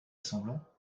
sanglant